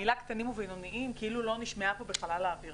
המילים "קטנים ובינוניים" כאילו לא נשמעו פה בחלל האוויר,